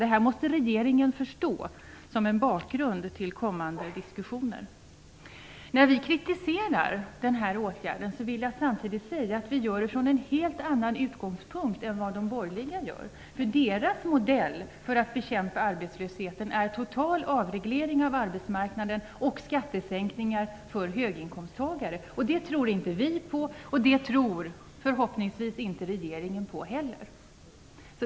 Detta måste regeringen förstå, som en bakgrund till kommande diskussioner. Vi kritiserar den här åtgärden, men vi gör det från en helt annan utgångspunkt än vad de borgerliga gör. Deras modell för att bekämpa arbetslösheten är total avreglering av arbetsmarknaden och skattesänkningar för höginkomsttagare. Det tror inte vi på, och det tror förhoppningsvis inte heller regeringen på.